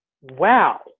wow